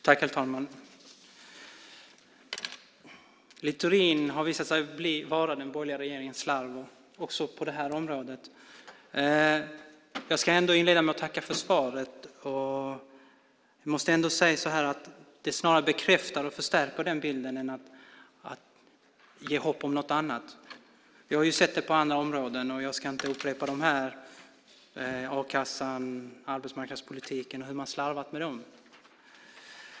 Herr talman! Littorin har visat sig vara den borgerliga regeringens slarver också på det här området. Jag ska ändå inleda med att tacka för svaret. Jag måste säga att det snarare bekräftar och förstärker den bilden än ger hopp om något annat. Vi har sett på andra områden - jag ska inte upprepa dem här, men det är a-kassan och arbetsmarknadspolitiken - hur man har slarvat.